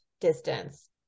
distance